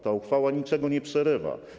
Ta uchwała niczego nie przerywa.